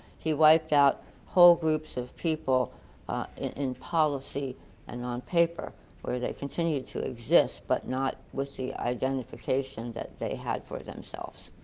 he wiped out whole groups people in policy and on paper where they continue to exist but not with the identification that they had for themselves.